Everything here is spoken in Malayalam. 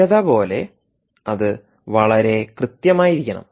സ്ഥിരത പോലെ അത് വളരെ കൃത്യമായിരിക്കണം